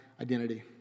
identity